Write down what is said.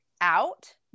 out